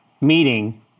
meeting